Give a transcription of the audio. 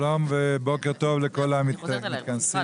שלום ובוקר טוב לכל המתכנסים.